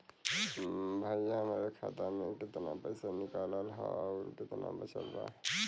भईया हमरे खाता मे से कितना पइसा निकालल ह अउर कितना बचल बा?